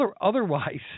Otherwise